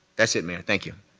that's it, mayor. thank you.